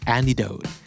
Antidote